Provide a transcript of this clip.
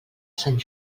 sant